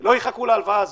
לא יחכו להלוואה הזאת,